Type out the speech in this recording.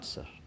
sir